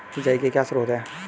सिंचाई के क्या स्रोत हैं?